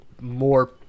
more